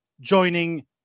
joining